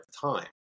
time